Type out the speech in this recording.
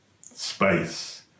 Space